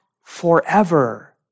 forever